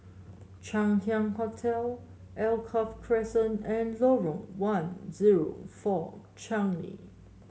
Chang Ziang Hotel Alkaff Crescent and Lorong one zero four Changi